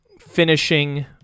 finishing